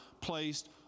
placed